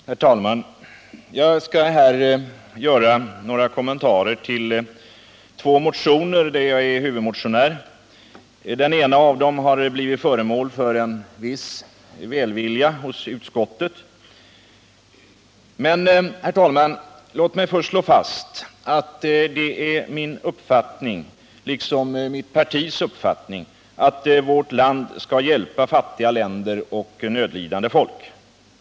Herr talman! Jag skall här göra några kommentarer till två motioner där jag är huvudmotionär. Den ena av dem har blivit föremål för viss välvilja hos utskottet. Men låt mig först slå fast att det är min uppfattning — liksom mitt partis uppfattning — att vårt folk skall hjälpa fattiga länder och nödlidande folk.